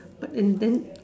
but and then